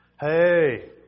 Hey